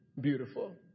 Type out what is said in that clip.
beautiful